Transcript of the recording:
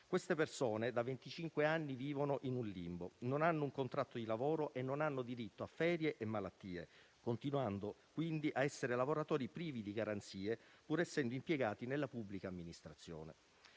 queste persone vivono in un limbo: non hanno un contratto di lavoro, né diritto a ferie e malattie, continuando così a essere lavoratori privi di garanzie, pur essendo impiegati nella pubblica amministrazione.